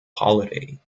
holiday